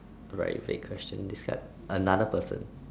right with the question decide another person